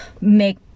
make